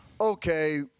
okay